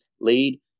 lead